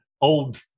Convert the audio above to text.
old